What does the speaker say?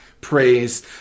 praise